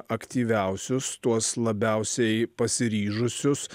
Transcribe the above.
aktyviausius tuos labiausiai pasiryžusius